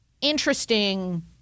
interesting